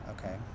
Okay